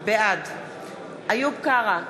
בעד איוב קרא,